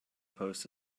post